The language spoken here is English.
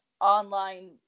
online